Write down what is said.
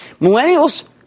Millennials